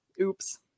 Oops